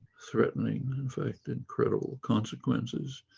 threatening effect incredible consequences.